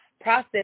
process